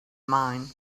mine